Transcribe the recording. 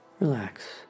Relax